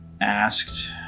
asked